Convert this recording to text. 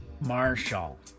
Marshall